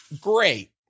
great